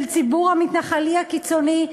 של הציבור המתנחלי הקיצוני,